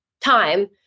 time